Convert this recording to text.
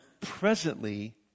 presently